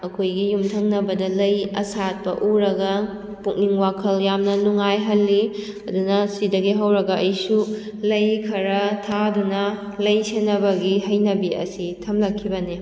ꯑꯩꯈꯣꯏꯒꯤ ꯌꯨꯝꯊꯪꯅꯕꯗ ꯂꯩ ꯑꯁꯥꯠꯄ ꯎꯔꯒ ꯄꯨꯛꯅꯤꯡ ꯋꯥꯈꯜ ꯌꯥꯝꯅ ꯅꯨꯡꯉꯥꯏꯍꯜꯂꯤ ꯑꯗꯨꯅ ꯁꯤꯗꯒꯤ ꯍꯧꯔꯒ ꯑꯩꯁꯨ ꯂꯩ ꯈꯔ ꯊꯥꯗꯨꯅ ꯂꯩ ꯁꯦꯟꯅꯕꯒꯤ ꯍꯩꯅꯕꯤ ꯑꯁꯤ ꯊꯝꯂꯛꯈꯤꯕꯅꯤ